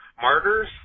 Martyrs